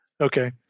Okay